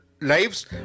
lives